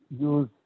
use